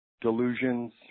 delusions